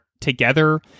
together